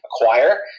acquire